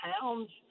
pounds